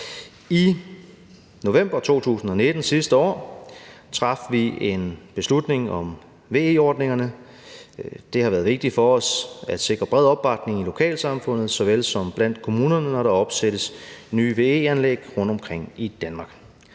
I november 2019 traf vi en beslutning om VE-ordningerne. Det har været vigtigt for os at sikre bred opbakning i såvel lokalsamfundet som blandt kommunerne, når der opsættes nye VE-anlæg rundtomkring i Danmark.